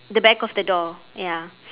the back of the door ya